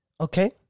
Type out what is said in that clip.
Okay